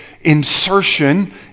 insertion